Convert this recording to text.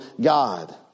God